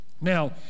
Now